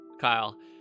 Kyle